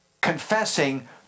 confessing